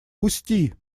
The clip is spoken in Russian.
пусти